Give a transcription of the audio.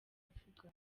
avuga